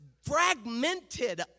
fragmented